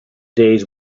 days